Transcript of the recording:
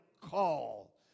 call